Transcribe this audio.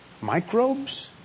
Microbes